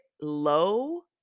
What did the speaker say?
low